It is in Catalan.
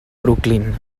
brooklyn